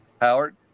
Howard